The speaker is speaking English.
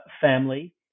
family